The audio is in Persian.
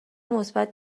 مثبت